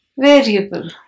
variable